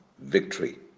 victory